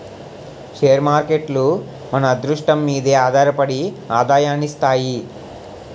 share మార్కేట్లు మన అదృష్టం మీదే ఆధారపడి ఆదాయాన్ని ఇస్తాయి